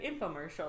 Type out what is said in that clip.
infomercial